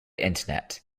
internet